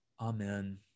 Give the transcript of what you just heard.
Amen